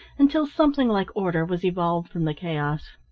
until something like order was evolved from the chaos.